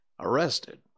arrested